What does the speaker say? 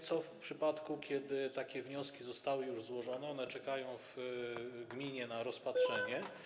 Co w przypadku, kiedy takie wnioski zostały już złożone, kiedy czekają w gminie na rozpatrzenie?